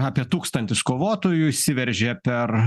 apie tūkstantis kovotojų įsiveržė per